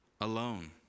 alone